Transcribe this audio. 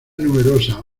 numerosas